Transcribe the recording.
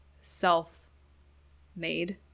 self-made